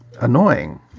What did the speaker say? annoying